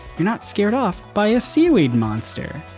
you're not scared off by a seaweed monster,